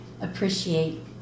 appreciate